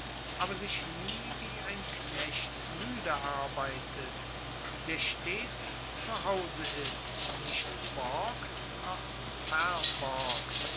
aber sich nie wie ein knecht muede arbeitet der stets zu hause ist nicht borgt noch